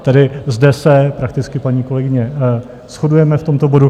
Tedy zde se prakticky, paní kolegyně, shodujeme v tomto bodu.